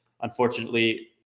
Unfortunately